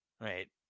Right